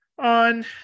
on